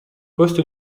poste